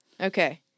Okay